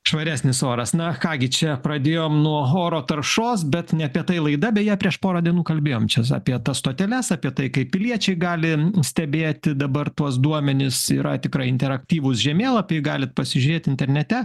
švaresnis oras na ką gi čia pradėjom nuo oro taršos bet ne apie tai laida beje prieš porą dienų kalbėjom čia apie tas stoteles apie tai kaip piliečiai gali stebėti dabar tuos duomenis yra tikrai interaktyvūs žemėlapiai galit pasižiūrėt internete